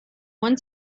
one